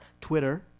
Twitter